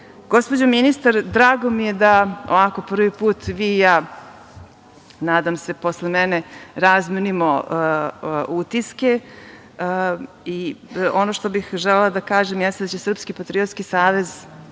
ministar, drago mi je da ovako prvi vi i ja, nadam se posle mene razmenimo utiske i ono što bih želela da kažem jeste da će Srpski patriotski savez